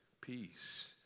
peace